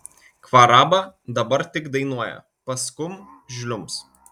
kvaraba dabar tik dainuoja paskum žliumbs